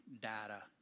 data